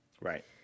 right